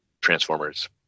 Transformers